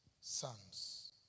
sons